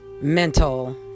mental